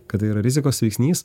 kad tai yra rizikos veiksnys